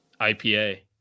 IPA